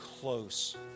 close